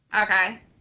Okay